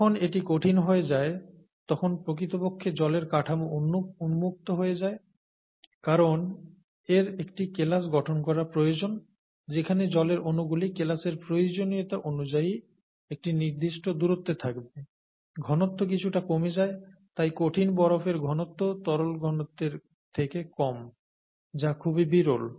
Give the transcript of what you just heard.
যখন এটি কঠিন হয়ে যায় তখন প্রকৃতপক্ষে জলের কাঠামো উন্মুক্ত হয়ে যায় কারণ এর একটি কেলাস গঠন করা প্রয়োজন যেখানে জলের অনুগুলি কেলাসের প্রয়োজনীয়তা অনুযায়ী একটি নির্দিষ্ট দূরত্বে থাকবে ঘনত্ব কিছুটা কমে যায় তাই কঠিন বরফের ঘনত্ব তরলের ঘনত্বের থেকে কম যা খুবই বিরল